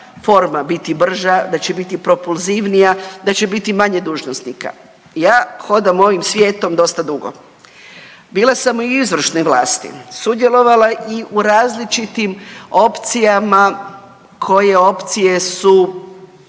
forma biti brža, da će biti propulzivnija, da će biti manje dužnosnika. Ja hodam ovim svijetom dosta dugo, bila sam u izvršnoj vlasti, sudjelovala i u različitim opcijama koje opcije su